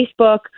Facebook